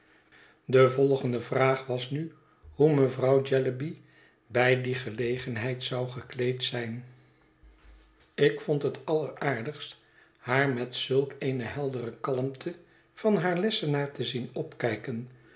de volgende vraag was nu hoe mevrouw jellyby bij die gelegenheid zou gekleed zijn ik vond het alleraardigst haar met zulk eene heldere kalmte van haar lessenaar te zien opkijken